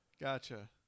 Gotcha